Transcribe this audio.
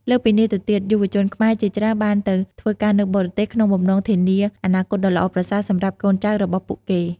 លើសពីនេះទៅទៀតយុវជនខ្មែរជាច្រើនបានទៅធ្វើការនៅបរទេស ក្នុងបំណងធានាអនាគតដ៏ល្អប្រសើរសម្រាប់កូនចៅរបស់ពួកគេ។